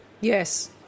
Yes